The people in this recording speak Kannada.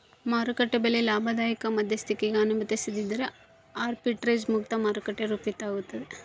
ಮಾರುಕಟ್ಟೆ ಬೆಲೆ ಲಾಭದಾಯಕ ಮಧ್ಯಸ್ಥಿಕಿಗೆ ಅನುಮತಿಸದಿದ್ದರೆ ಆರ್ಬಿಟ್ರೇಜ್ ಮುಕ್ತ ಮಾರುಕಟ್ಟೆ ರೂಪಿತಾಗ್ತದ